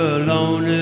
alone